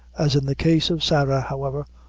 as in the case of sarah, however,